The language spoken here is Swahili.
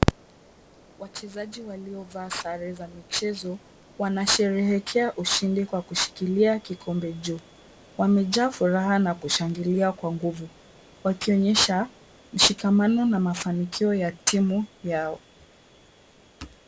Wachezaji waliovaa sare za michezo wanasherehekea ushindi kwa kushikilia kikombe juu. Wamejaa furaha na kushangilia kwa nguvu wakionyesha mshikamano na mafanikio ya timu yao.